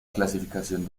clasificación